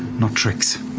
not tricks.